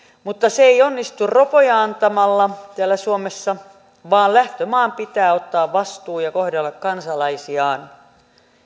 mutta se ei onnistu ropoja antamalla täällä suomessa vaan lähtömaan pitää ottaa vastuu ja kohdella kansalaisiaan